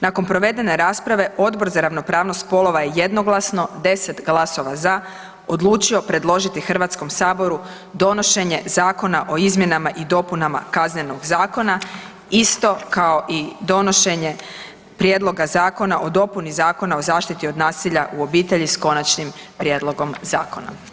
Nakon provedene rasprave, Odbor za ravnopravnost spolova je jednoglasno, 10 glasova za odlučio predložiti HS-u donošenje Zakona o izmjenama i dopunama Kaznenog zakona, isto kao i donošenje Prijedloga zakona o dopuni Zakona o zaštiti od nasilja u obitelji s konačnim prijedlogom zakona.